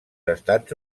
estats